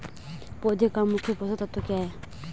पौधें का मुख्य पोषक तत्व क्या है?